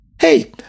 hey